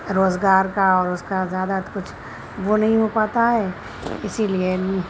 روزگار کا اور اُس کا زیادہ کچھ وہ ںہیں ہو پاتا ہے اِسی لیے